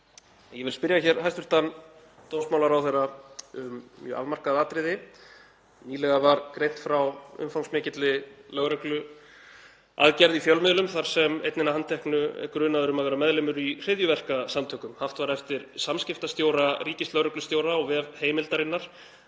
Ég vil spyrja hæstv. dómsmálaráðherra um mjög afmarkað atriði. Nýlega var greint frá umfangsmikilli lögregluaðgerð í fjölmiðlum þar sem einn hinna handteknu var grunaður um að vera meðlimur í hryðjuverkasamtökum. Haft var eftir samskiptastjóra ríkislögreglustjóra á vef Heimildarinnar